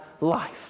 life